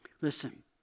Listen